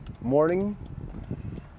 morning